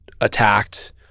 attacked